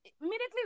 Immediately